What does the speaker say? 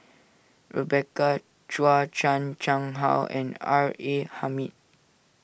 Rebecca Chua Chan Chang How and R A Hamid